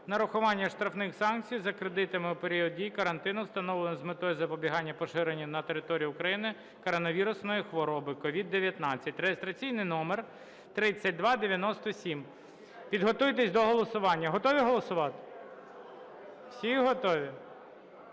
нарахування штрафних санкцій за кредитами у період дії карантину, встановленого з метою запобігання поширенню на території України коронавірусної хвороби COVID-19) (реєстраційний номер 3297). Підготуйтесь до голосування. Готові голосувати? Всі готові?